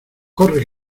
corre